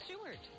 Stewart